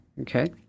Okay